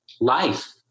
life